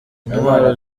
intwaro